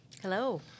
Hello